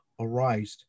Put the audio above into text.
arised